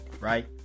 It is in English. right